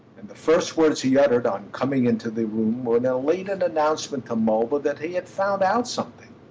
and the first words he uttered on coming into the room were an elated announcement to mulville that he had found out something.